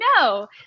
no